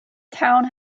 towne